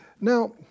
Now